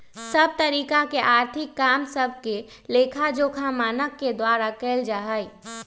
सभ तरिका के आर्थिक काम सभके लेखाजोखा मानक के द्वारा कएल जाइ छइ